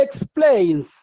explains